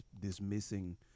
dismissing